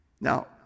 Now